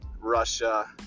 russia